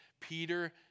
Peter